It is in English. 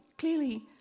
Clearly